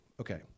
Okay